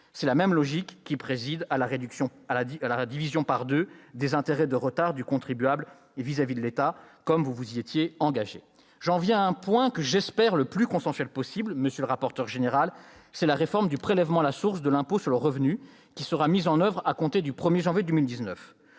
C'est la même logique qui préside à la division par deux des intérêts de retards du contribuable vis-à-vis de l'État, comme vous vous y étiez engagés. J'en viens à un point que j'espère le plus consensuel possible, monsieur le rapporteur général : la réforme du prélèvement à la source de l'impôt sur le revenu, qui sera mis en oeuvre à compter du 1 janvier 2019.